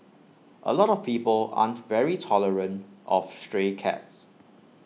A lot of people aren't very tolerant of stray cats